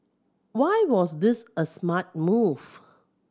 why was this a smart move